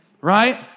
right